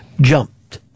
Jumped